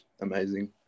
amazing